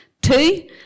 Two